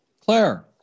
Claire